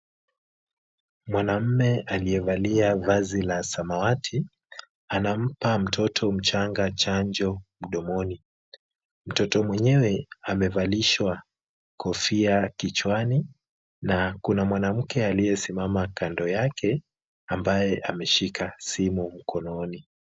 Mwanamume aliyevalia vazi la samawati, anampa mtoto mchanga chanjo mdomoni. Mtoto mwenyewe amevalishwa kofia kichwani na kuna mwanamke aliyesimama kando yake, ambaye ameshika simu mkononi.